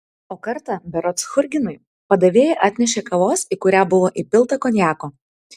o kartą berods churginui padavėja atnešė kavos į kurią buvo įpilta konjako